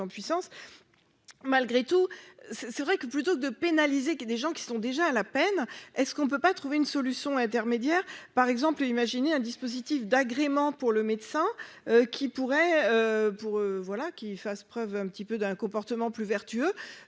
puissance, malgré tout, c'est vrai que, plutôt que de pénaliser qu'y ait des gens qui sont déjà à la peine est-ce qu'on ne peut pas trouver une solution intermédiaire, par exemple, imaginer un dispositif d'agrément pour le médecin qui pourrait pour voilà qui fasse preuve